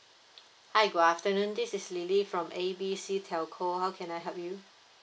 hi good afternoon this is lily from A B C telco how can I help you